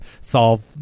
solve